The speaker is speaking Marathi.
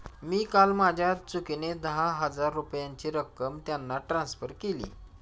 मी काल माझ्या चुकीने दहा हजार रुपयांची रक्कम त्यांना ट्रान्सफर केली